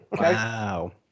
Wow